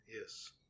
Yes